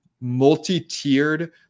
multi-tiered